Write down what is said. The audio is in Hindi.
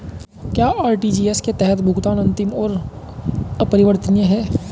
क्या आर.टी.जी.एस के तहत भुगतान अंतिम और अपरिवर्तनीय है?